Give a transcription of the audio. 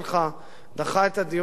דחה את הדיון שוב ושוב.